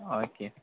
okay